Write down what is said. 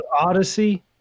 Odyssey